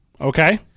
Okay